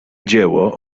dzieło